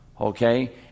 okay